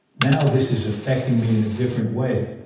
now this is affecting me in a different way.